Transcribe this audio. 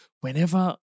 whenever